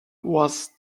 was